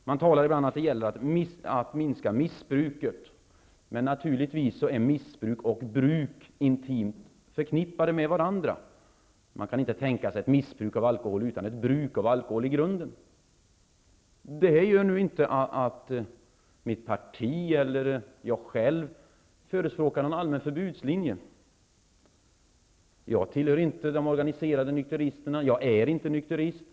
Man talar ibland om att det gäller att minska missbruket, men naturligtvis är missbruk och bruk intimt förknippade med varandra. Man kan inte tänka sig ett missbruk av alkohol utan ett bruk av alkohol i grunden. Det är inte så att mitt parti eller jag själv förespråkar någon allmän förbudslinje. Jag tillhör inte de organiserade nykteristerna. Jag är inte nykterist.